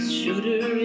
shooter